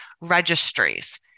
registries